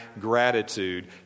gratitude